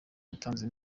yatanze